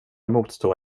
motstå